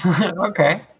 Okay